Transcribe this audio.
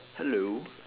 hello